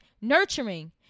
Nurturing